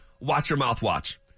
watch-your-mouth-watch